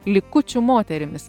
likučių moterimis